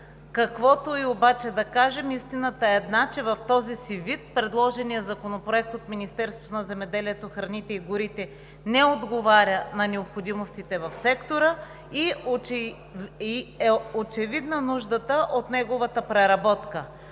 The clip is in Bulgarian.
каквото и обаче да кажем, истината е една, че в този си вид предложеният законопроект от Министерството на земеделието, храните и горите не отговаря на необходимостите в сектора и е очевидна нуждата от неговата преработка.